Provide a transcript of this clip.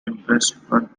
impressed